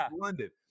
London